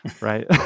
right